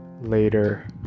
later